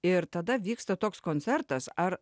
ir tada vyksta toks koncertas ar